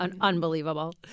unbelievable